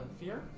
fear